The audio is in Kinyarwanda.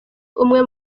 umwe